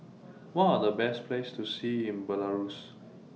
What Are The Best Places to See in Belarus